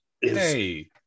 Hey